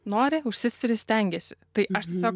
nori užsispiri stengiasi tai aš tiesiog